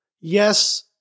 yes